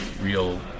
real